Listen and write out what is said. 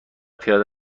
پیاده